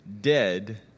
dead